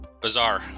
Bizarre